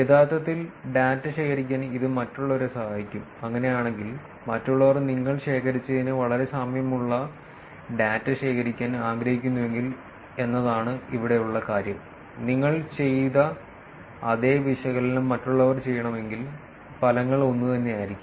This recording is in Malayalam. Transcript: യഥാർത്ഥത്തിൽ ഡാറ്റ ശേഖരിക്കാൻ ഇത് മറ്റുള്ളവരെ സഹായിക്കും അങ്ങനെയാണെങ്കിൽ മറ്റുള്ളവർ നിങ്ങൾ ശേഖരിച്ചതിന് വളരെ സാമ്യമുള്ള ഡാറ്റ ശേഖരിക്കാൻ ആഗ്രഹിക്കുന്നുവെങ്കിൽ എന്നതാണ് ഇവിടെയുള്ള കാര്യം നിങ്ങൾ ചെയ്ത അതേ വിശകലനം മറ്റുള്ളവർ ചെയ്യണമെങ്കിൽ ഫലങ്ങൾ ഒന്നുതന്നെയായിരിക്കണം